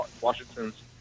Washington's